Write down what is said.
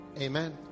Amen